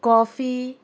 coffee